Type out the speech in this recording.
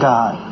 God